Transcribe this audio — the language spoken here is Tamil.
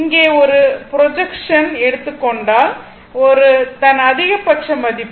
இங்கே ஒரு ப்ரொஜெக்ஷன் எடுத்துக் கொள்ளுங்கள் இது தான் அதிகபட்ச மதிப்பு